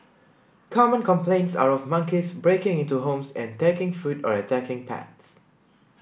common complaints are of monkeys breaking into homes and taking food or attacking pets